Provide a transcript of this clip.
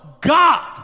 God